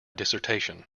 dissertation